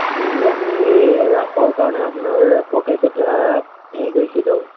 হেৰি আমি এই ৰাসৰ কাৰণে আপোনাৰ পকেজ এটা হেৰি কৰিছিলোঁ